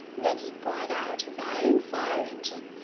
then he brought out his iron fire engine,